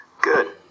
Good